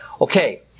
Okay